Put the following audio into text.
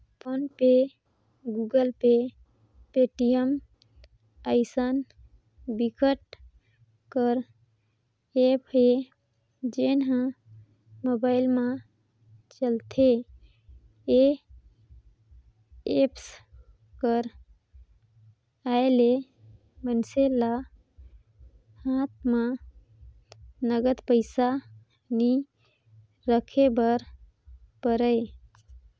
phone पे, Google Pay, Paytm अइसन बिकट कर ऐप हे जेन ह मोबाईल म चलथे ए एप्स कर आए ले मइनसे ल हात म नगद पइसा नइ राखे बर परय